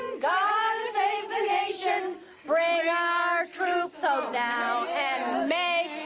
god'll save the nation bring yeah our troops home now and make